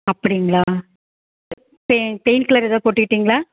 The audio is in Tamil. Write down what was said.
அப்படிங்களா பெ பெய்ன் கில்லர் எதாவது போட்டுக்கிட்டிங்களா